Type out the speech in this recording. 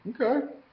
Okay